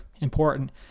important